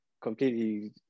completely